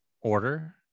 order